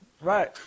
Right